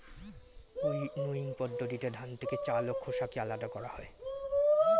winnowing পদ্ধতিতে ধান থেকে চাল ও খোসাকে আলাদা করা হয়